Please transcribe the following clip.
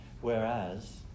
Whereas